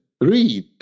read